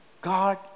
God